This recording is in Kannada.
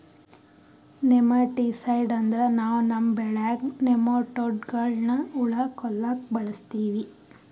ನೆಮಟಿಸೈಡ್ ಅಂದ್ರ ನಾವ್ ನಮ್ಮ್ ಬೆಳ್ಯಾಗ್ ನೆಮಟೋಡ್ಗಳ್ನ್ ಹುಳಾ ಕೊಲ್ಲಾಕ್ ಬಳಸ್ತೀವಿ